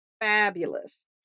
fabulous